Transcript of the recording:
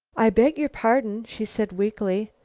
i beg your pardon, she said weakly.